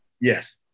Yes